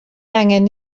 angen